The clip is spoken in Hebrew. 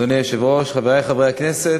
אדוני היושב-ראש, חברי חברי הכנסת,